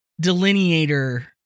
delineator